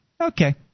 okay